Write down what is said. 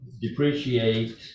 depreciate